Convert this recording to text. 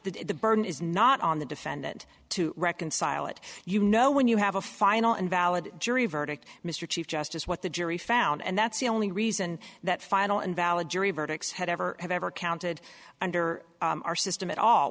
the burden is not on the defendant to reconcile it you know when you have a final invalid jury verdict mr chief justice what the jury found and that's the only reason that final and valid jury verdicts had ever have ever counted under our system at all